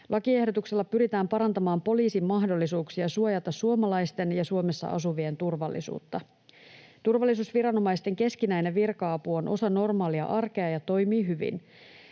Lakiehdotuksella pyritään parantamaan poliisin mahdollisuuksia suojata suomalaisten ja Suomessa asuvien turvallisuutta. Turvallisuusviranomaisten keskinäinen virka-apu on osa normaalia arkea ja toimii hyvin.